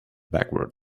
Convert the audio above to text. backwards